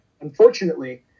Unfortunately